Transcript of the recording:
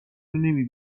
نمی